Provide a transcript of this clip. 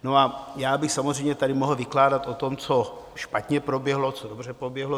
A já bych samozřejmě tady mohl vykládat o tom, co špatně proběhlo, co dobře proběhlo.